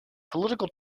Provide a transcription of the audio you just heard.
political